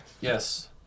Yes